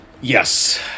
Yes